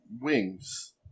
wings